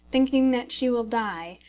thinking that she will die,